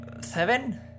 seven